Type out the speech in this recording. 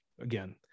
again